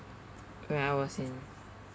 when I was in